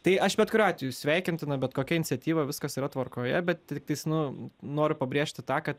tai aš bet kuriuo atveju sveikintina bet kokia iniciatyva viskas yra tvarkoje bet tiktais nu noriu pabrėžti tą kad